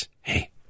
Hey